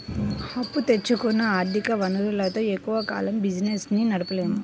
అప్పు తెచ్చుకున్న ఆర్ధిక వనరులతో ఎక్కువ కాలం బిజినెస్ ని నడపలేము